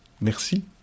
Merci